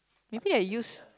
maybe I use